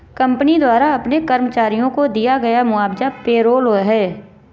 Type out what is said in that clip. company द्वारा अपने कर्मचारियों को दिया गया मुआवजा पेरोल है